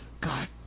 God